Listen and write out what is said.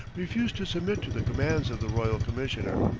refused to submit to the commands of the royal commissioner.